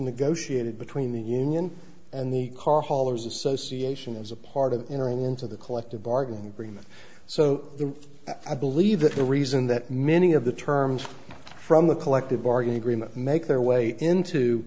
negotiated between the union and the car haulers association as a part of entering into the collective bargaining agreement so i believe that the reason that men any of the terms from the collective bargaining agreement make their way into